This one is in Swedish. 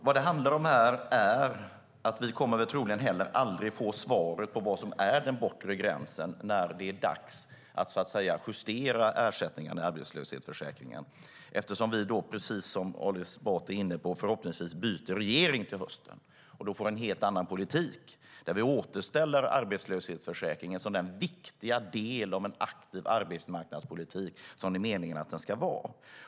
Vad det handlar om här är att vi troligen aldrig kommer att få svaret på vad som är den bortre gränsen när det är dags att justera ersättningen i arbetslöshetsförsäkringen eftersom vi, precis som Ali Esbati är inne på, förhoppningsvis byter regering till hösten och då får en helt annan politik, där vi återställer arbetslöshetsförsäkringen som den viktiga del av en aktiv arbetsmarknadspolitik som det är meningen att den ska vara.